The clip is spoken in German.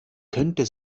könnte